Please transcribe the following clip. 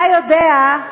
אתה יודע,